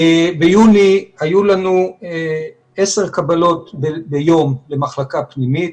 ביוני היו לנו עשר קבלות ביום במחלקה פנימית,